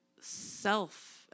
self